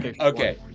Okay